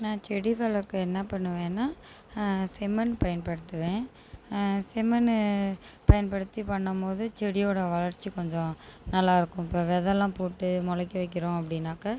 நான் செடி வளர்க்க என்ன பண்ணுவேனா செம்மண் பயன்படுத்துவேன் செம்மண்ணு பயன்படுத்தி பண்ணும் போது செடியோடய வளர்ச்சி கொஞ்சம் நல்லாயிருக்கும் இப்போ விதலாம் போட்டு முளைக்க வைக்கிறோம் அப்படின்னாக்கா